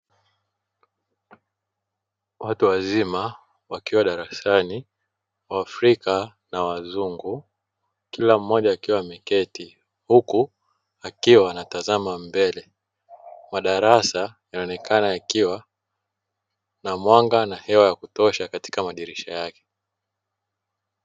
Watu wazima wakiwa darasani waafrika na wazungu kila mmoja akiwa ameketi huku wakiwa wanatazama mbele, madarasa yanaonekana yakiwa na mwanga na hewa ya kutosha katika madirisha yake.